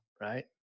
right